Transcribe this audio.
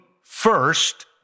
first